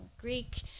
Greek